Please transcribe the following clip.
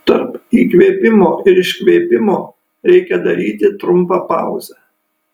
tarp įkvėpimo ir iškvėpimo reikia daryti trumpą pauzę